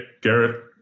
Garrett